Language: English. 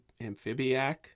amphibiac